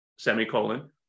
Semicolon